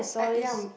I ya